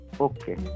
Okay